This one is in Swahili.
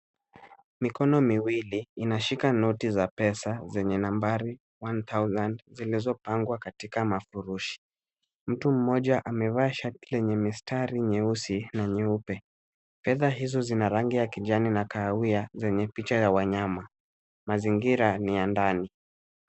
Mikono miwili inashika noti za pesa zenye nambari one thousand zilizopangwa katika mafurushi. Mtu mmoja amevaa shati lenye mistari nyeusi na nyeupe. Fedha hizo zina rangi ya kijani na kahawia zenye picha ya wanyama. Mazingira ni ya ndani.